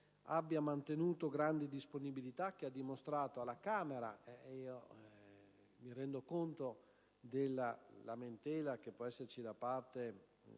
abbia mantenuto la grande disponibilità, che ha dimostrato alla Camera. Mi rendo conto della lamentela che può esserci da parte